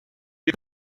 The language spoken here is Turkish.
bir